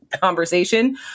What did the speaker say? conversation